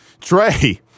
trey